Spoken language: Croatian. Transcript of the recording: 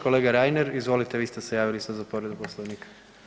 Kolega Reiner izvolite vi ste se javili sada za povredu Poslovnika.